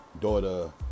daughter